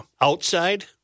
Outside